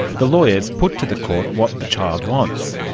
the lawyers put to the court what the child wants.